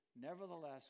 nevertheless